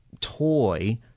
toy –